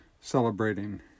celebrating